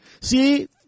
See